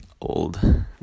old